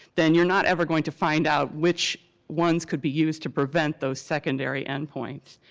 then you're not ever going to find out which ones could be used to prevent those secondary end points.